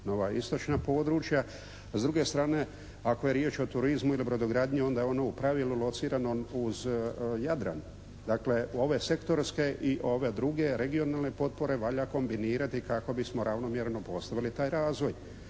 ova istočna područja. S druge strane, ako je riječ o turizmu ili brodogradnji onda je ono u pravilu locirano uz Jadran. Dakle, u ove sektorske i ove druge regionalne potpore valja kombinirati kako bismo ravnomjerno postavili taj razvoj.